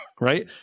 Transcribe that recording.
right